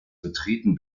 betreten